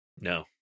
no